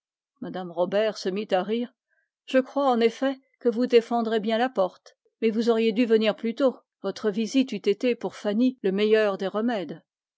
mme robert se mit à rire je crois en effet que vous défendrez bien la porte mais vous auriez dû venir plus tôt une lampe